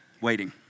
waiting